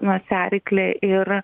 nosiaryklė ir